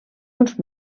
uns